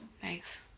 Thanks